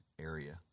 area